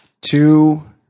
two